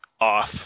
off